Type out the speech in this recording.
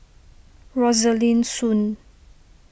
Rosaline Soon